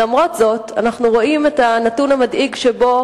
למרות זאת, אנחנו רואים את הנתון המדאיג שבו